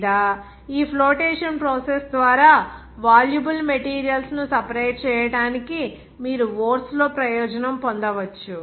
లేదా ఈ flotation process ద్వారా వాల్యుబుల్ మెటీరియల్స్ ను సెపరేట్ చేయడానికి మీరు ఓర్స్ లో ప్రయోజనం పొందవచ్చు